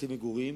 בתי מגורים